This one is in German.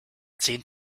zehn